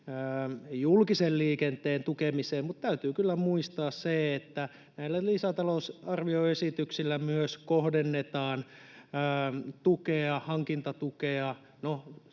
julkisen liikenteen tukemiseen, mutta täytyy kyllä muistaa, että näillä lisätalousarvioesityksillä kohdennetaan paitsi hankintatukea